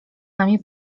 nami